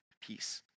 peace